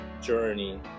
journey